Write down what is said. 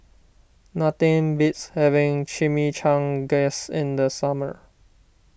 nothing beats having Chimichangas in the summer